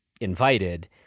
invited